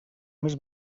més